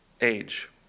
age